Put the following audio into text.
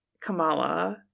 Kamala